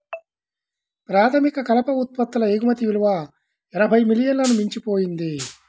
ప్రాథమిక కలప ఉత్పత్తుల ఎగుమతి విలువ ఎనభై మిలియన్లను మించిపోయింది